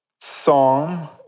song